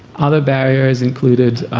other barriers included